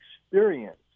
experience